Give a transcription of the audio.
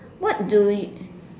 what do you